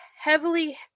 heavily